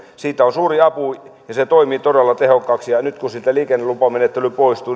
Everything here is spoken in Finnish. siitä on suuri apu ja se toimii todella tehokkaasti ja ja nyt kun siltä liikennelupamenettely poistuu